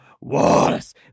Wallace